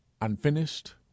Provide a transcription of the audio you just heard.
unfinished